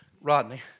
Rodney